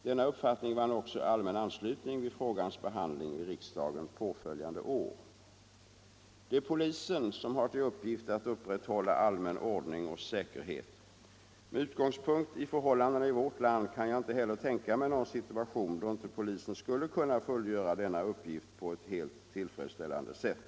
Denna uppfattning vann också allmän anslutning vid frågans behandling i riksdagen påföljande år. Det är polisen som har till uppgift att upprätthålla allmän ordning och säkerhet. Med utgångspunkt i förhållandena i vårt land kan jag inte — Nr 23 heller tänka mig någon situation då inte polisen skulle kunna fullgöra Torsdagen den denna uppgift på ett helt tillfredsställande sätt.